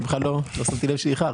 לא שמתי לב שאיחרת.